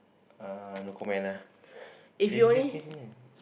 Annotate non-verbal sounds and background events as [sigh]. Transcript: uh no comment lah [breath] eh don't give me